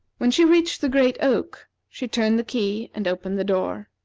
when she reached the great oak, she turned the key and opened the door.